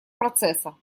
процесса